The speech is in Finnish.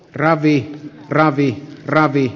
ravi ravi ravi